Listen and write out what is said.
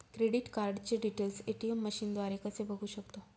Credit कार्डचे details ATM मशीनद्वारे कसे बघू शकतो?